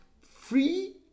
free